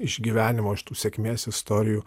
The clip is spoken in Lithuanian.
išgyvenimo iš tų sėkmės istorijų